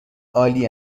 عالی